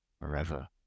forever